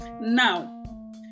Now